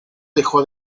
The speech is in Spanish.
dejó